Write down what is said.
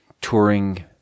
touring